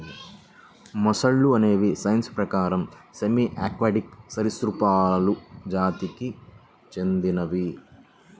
మొసళ్ళు అనేవి సైన్స్ ప్రకారం సెమీ ఆక్వాటిక్ సరీసృపాలు జాతికి చెందినవి